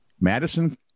Madison